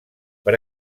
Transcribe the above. per